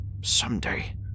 someday